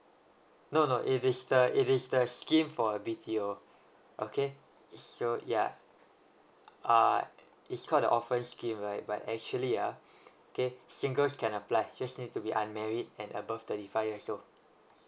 no no it is the it is the scheme for B_T_O okay so ya uh it's called the orphan scheme right but actually ah okay singles can apply just need to be unmarried and above thirty five years old